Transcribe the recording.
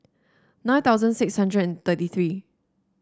nine thousand six hundred and thirty three